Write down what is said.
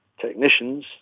technicians